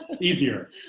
Easier